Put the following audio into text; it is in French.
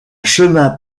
chemin